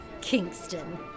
Kingston